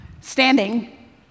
standing